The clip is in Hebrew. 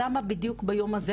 למה בדיוק ביום הזה,